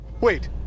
Wait